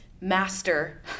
master